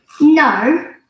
No